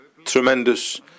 Tremendous